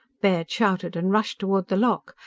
baird shouted, and rushed toward the lock.